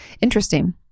Interesting